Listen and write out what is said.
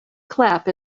clap